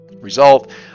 Result